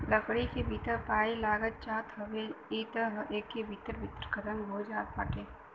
लकड़ी के भीतर पाई लाग जात हवे त इ एके भीतरे भीतर खतम हो जात बाटे